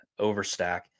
overstack